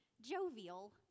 jovial